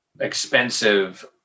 expensive